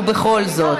ובכל זאת.